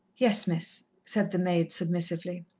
yes, miss, said the maid submissively.